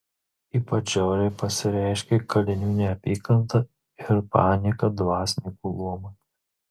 ypač žiauriai pasireiškė kalinių neapykanta ir panieka dvasininkų luomui